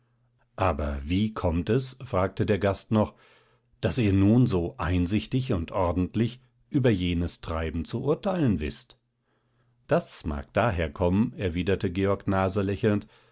aber wie kommt es fragte der gast noch daß ihr nun so einsichtig und ordentlich über jenes treiben zu urteilen wißt das mag daher kommen erwiderte georg nase lächelnd